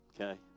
okay